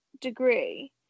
degree